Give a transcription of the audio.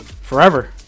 forever